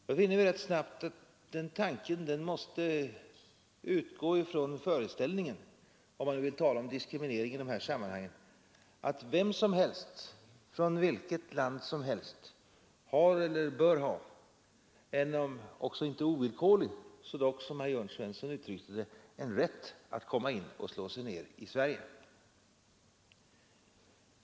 Då finner vi rätt snart att tanken på en diskriminering i det här sammanhanget måste utgå ifrån föreställningen att vem som helst från vilket land som helst har eller bör ha en, om också inte ovillkorlig så dock, som herr Jörn Svensson uttryckte det, en rätt att komma in och slå sig ned i Sverige.